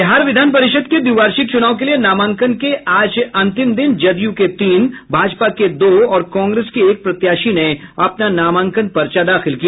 बिहार विधान परिषद के द्विवार्षिक चुनाव के लिये नामांकन के आज अंतिम दिन जदयू के तीन भाजपा के दो और कांग्रेस के एक प्रत्याशी ने अपना नामांकन पर्चा दाखिल किया